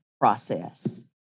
process